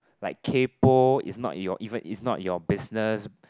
like kaypo it's not your even it's not your business